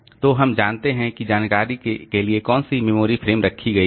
तो हम जानते हैं कि जानकारी के लिए कौन सी मेमोरी फ्रेम रखी गई है